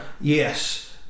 Yes